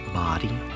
body